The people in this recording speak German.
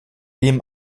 dem